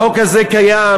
החוק הזה קיים,